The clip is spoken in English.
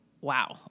wow